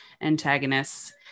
antagonists